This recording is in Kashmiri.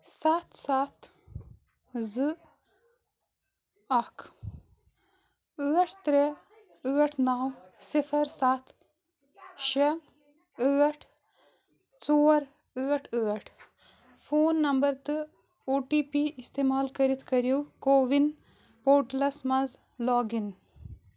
سَتھ سَتھ زٕ اکھ ٲٹھ ترٛےٚ ٲٹھ نَو صِفر سَتھ شےٚ ٲٹھ ژور ٲٹھ ٲٹھ فون نمبر تہٕ او ٹی پی استعمال کٔرِتھ کٔرِو کووِن پورٹلس مَنٛز لاگ اِن